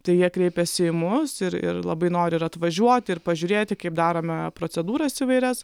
tai jie kreipiasi į mus ir ir labai nori ir atvažiuoti ir pažiūrėti kaip darome procedūras įvairias